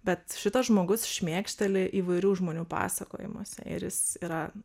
bet šitas žmogus šmėkšteli įvairių žmonių pasakojimuose ir jis yra